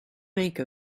make